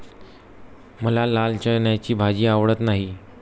मला लाल चण्याची भाजी आवडत नाही